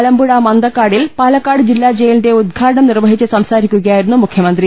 മലമ്പുഴ മന്തക്കാടിൽ പാലക്കാട് ജില്ലാ ജയിലിന്റെ ഉൽഘാടനം നിർവഹിച്ചു സംസാരിക്കുകയായിരുന്നു മുഖ്യമന്ത്രി